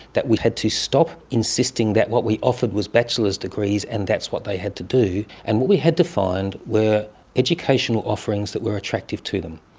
that we had to stop insisting that what we offered was bachelor's degrees and that's what they had to do, and what we had to find were educational offerings that were attractive to them.